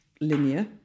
linear